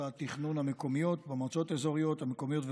התכנון המקומיות במועצות האזוריות המקומיות ובעיריות,